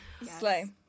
Slay